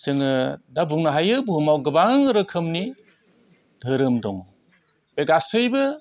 जोङो दा बुंनो हायो बुहुमाव गोबां रोखोमनि धोरोम दङ बे गासैबो